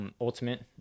Ultimate